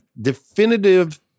definitive